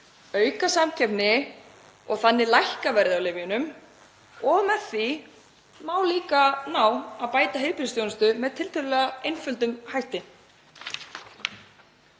auka samkeppni og þannig lækka verðið á lyfjunum? Með því má líka ná að bæta heilbrigðisþjónustu með tiltölulega einföldum hætti.